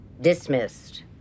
Dismissed